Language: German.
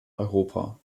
europa